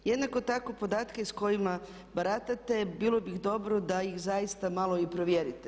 Jednako tako podatke s kojima baratate bilo bi dobro da ih zaista malo i provjeriti.